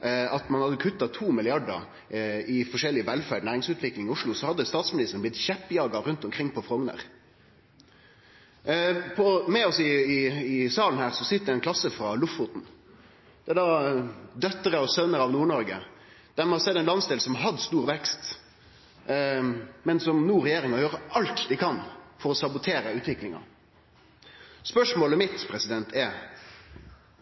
at ein hadde kutta 2 mrd. kr i forskjellig velferds- og næringsutvikling i Oslo, så hadde statsministeren blitt kjeppjaga rundt omkring på Frogner. I salen her sit det i dag ei klasse frå Lofoten. Dette er døtrer og søner av Nord-Noreg. Dei har sett ein landsdel som har hatt stor vekst, men som regjeringa no gjer alt ho kan for å sabotere utviklinga til. Spørsmåla mine er: